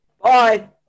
Bye